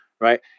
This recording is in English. right